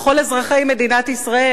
לכל אזרחי מדינת ישראל?